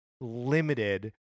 limited